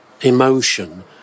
emotion